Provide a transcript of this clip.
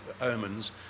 omens